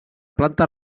planta